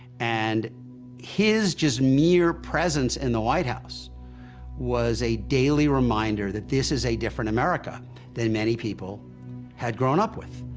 and his just mere presence in the white house was a daily reminder that this is a different america than many people had grown up with.